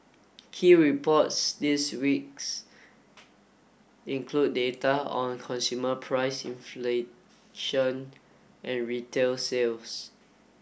key reports this weeks include data on consumer price inflation and retail sales